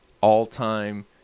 all-time